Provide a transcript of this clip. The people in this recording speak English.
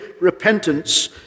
repentance